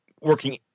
Working